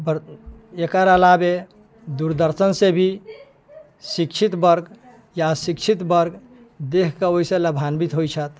वर्त एकर अलावे दूरदर्शनसँ भी शिक्षित वर्ग या अशिक्षित वर्ग देखि कऽ ओहिसँ लाभान्वित होइ छथि